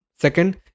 Second